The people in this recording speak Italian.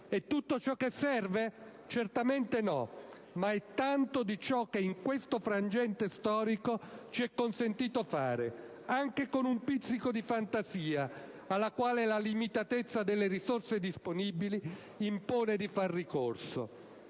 È tutto ciò che serve? Certamente no, ma è tanto di ciò che in questo frangente storico ci è consentito di fare, anche con un pizzico di fantasia alla quale la limitatezza delle risorse disponibili impone di far ricorso.